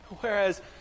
Whereas